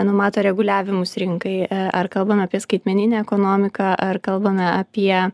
numato reguliavimus rinkai ar kalbame apie skaitmeninę ekonomiką ar kalbame apie